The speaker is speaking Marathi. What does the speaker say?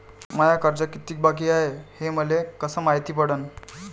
माय कर्ज कितीक बाकी हाय, हे मले कस मायती पडन?